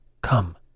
come